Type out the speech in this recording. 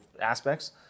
aspects